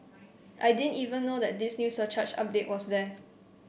I didn't even know that this new surcharge update was there